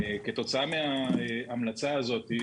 כתוצאה מההמלצה הזאת,